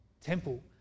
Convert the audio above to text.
temple